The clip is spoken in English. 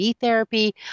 therapy